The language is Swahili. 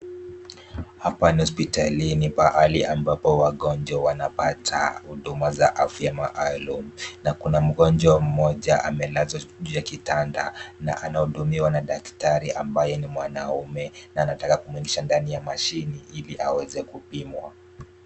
Hapa ni hospitalini pahali ambapo wagonjwa wanapata huduma za afya maalum na kuna mgonjwa mmoja amelazwa juu ya kitanda na anahudumiwa na daktari ambaye ni mwanaume na anataka kumuingisha ndani ya mashini ili aweze kupimwa.